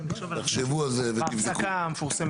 אנחנו נחשוב על זה בהפסקה המפורסמת.